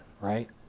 right